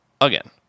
again